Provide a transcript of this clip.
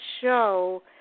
show